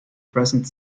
present